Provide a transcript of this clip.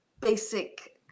basic